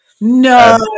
No